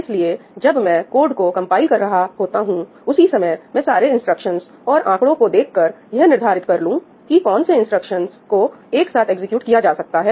इसलिए जब मैं कोड को कंपाइल कर रहा होता हूं उसी समय मैं सारे इंस्ट्रक्शंस और आंकड़ों को देखकर यह निर्धारित कर लूं कि कौन से इंस्ट्रक्शन को एक साथ एग्जीक्यूट किया जा सकता है